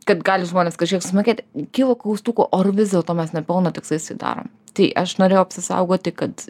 kad gali žmonės kažkiek susimokėti kilo klaustukų o ar vis dėlto mes ne pelno tikslais tai darom tai aš norėjau apsisaugoti kad